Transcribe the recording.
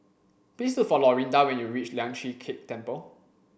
please look for Lorinda when you reach Lian Chee Kek Temple